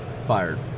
fired